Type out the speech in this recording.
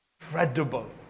incredible